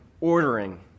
ordering